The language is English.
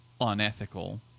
unethical